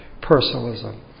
personalism